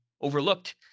overlooked